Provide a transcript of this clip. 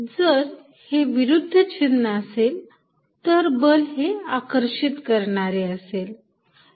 जर ते विरुद्ध चिन्ह असेल तर बल हे आकर्षित करणारे असेल